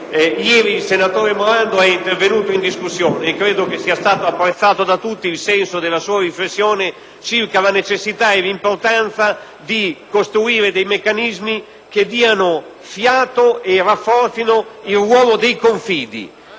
Ieri il senatore Morando è intervenuto in discussione e credo sia stato apprezzato da tutti il senso della sua riflessione circa la necessità e l'importanza di costruire dei meccanismi che diano fiato e rafforzino il ruolo dei confidi.